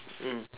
mm